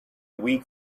weak